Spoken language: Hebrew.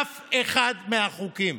אף אחד מהחוקים.